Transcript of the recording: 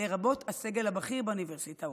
לרבות הסגל הבכיר באוניברסיטאות.